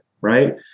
right